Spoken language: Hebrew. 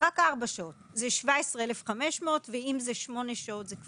רק ארבע שעות זה 17,500 ₪; ואם זה